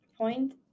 Point